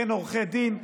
בין עורכי דין,